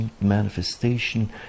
manifestation